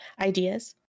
ideas